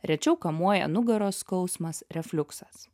rečiau kamuoja nugaros skausmas refliuksas